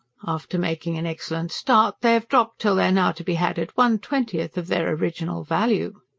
after making an excellent start, they have dropped till they are now to be had at one-twentieth of their original value.